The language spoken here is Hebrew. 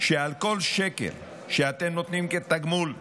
שעל כל שקל שאתם נותנים כתגמול,